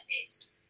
based